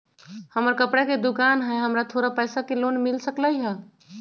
हमर कपड़ा के दुकान है हमरा थोड़ा पैसा के लोन मिल सकलई ह?